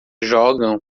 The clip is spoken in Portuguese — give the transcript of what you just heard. jogam